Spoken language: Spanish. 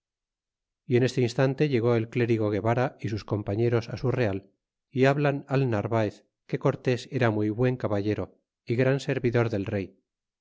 y en este instante llegó el clérigo guevara y sus compañeros á su real y hablan al narvaez que cortés era muy buen caballero é gran servidor del rey